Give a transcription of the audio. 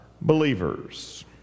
believers